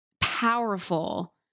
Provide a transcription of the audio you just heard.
powerful